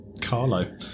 Carlo